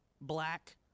black